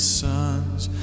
sons